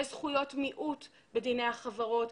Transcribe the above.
יש זכויות מיעוט בדיני החברות.